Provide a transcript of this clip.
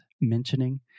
mentioning